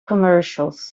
commercials